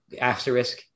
asterisk